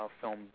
film